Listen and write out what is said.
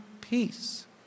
peace